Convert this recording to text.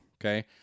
Okay